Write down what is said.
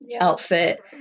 outfit